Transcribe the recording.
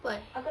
why